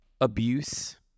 Abuse